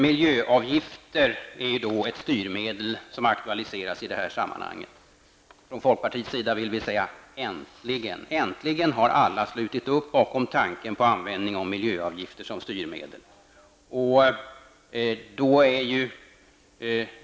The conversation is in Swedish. Miljöavgifter är ett styrmedel som aktualiseras i sammanhanget. Från folkpartiet liberalernas sida vill vi säga att äntligen har alla slutit upp bakom tanken på användning av miljöavgifter som styrmedel.